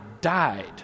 died